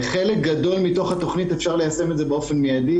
חלק גדול מתוך התוכנית אפשר ליישם באופן מידי,